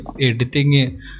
editing